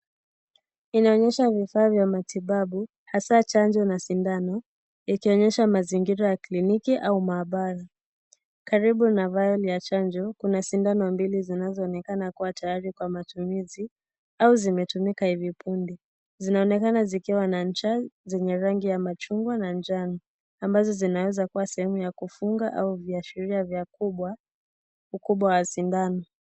Inaonyesha vifaa vya matibabu hasa chanjo na sindano, ikionyesha mazingira ya kliniki au maabara. Karibu na vial ya chanjo kuna sindano mbili zinazoonekana kuwa tayari kwa matumizi au zimetumika hivi punde. Zinaonekana zikiwa na ncha zenye rangi ya machungwa na njano ambazo zinaweza kuwa za kufunga au viashiria vya ukubwa wa sindano.